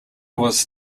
was